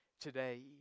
today